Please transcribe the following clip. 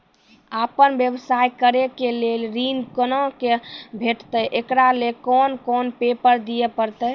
आपन व्यवसाय करै के लेल ऋण कुना के भेंटते एकरा लेल कौन कौन पेपर दिए परतै?